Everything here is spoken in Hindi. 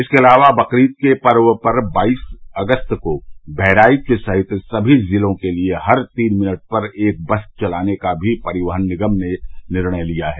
इसके अलावा बकरीद के पर्व पर बाईस अगस्त को बहराइच सहित कई जिलों के लिए हर तीन मिनट पर एक बस चलाने का मी परिवहन निगम ने निर्णय लिया है